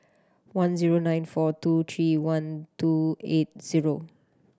one zero nine four two three one two eight zero